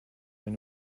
when